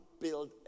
build